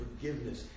forgiveness